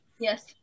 Yes